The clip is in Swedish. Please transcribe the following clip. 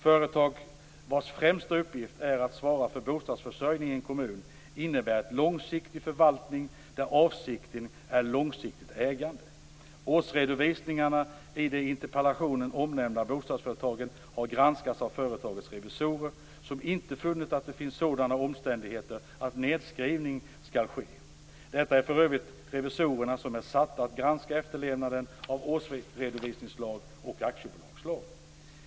Företag vars främsta uppgift är att svara för bostadsförsörjningen i en kommun innebär en långsiktig förvaltning där avsikten är ett långsiktigt ägande. Årsredovisningarna, i de i interpellationen omnämnda bostadsföretagen, har granskats av företagens revisorer som inte funnit att det finns sådana omständigheter att nedskrivning skall ske. Det är för övrigt revisorerna som är satta att granska efterlevnaden av årsredovisningslag och aktiebolagslag.